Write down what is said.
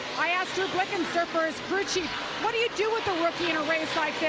ah asked his like and his crew chief what do you do with a rookie in a race like this?